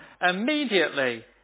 Immediately